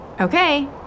Okay